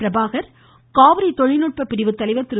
பிரபாகர் காவிரி தொழில்நுட்ப பிரிவு தலைவர் திரு